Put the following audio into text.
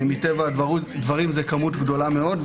מטבע הדברים זאת כמות גדולה מאוד,